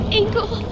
ankle